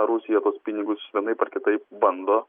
rusija tuos pinigus vienaip ar kitaip bando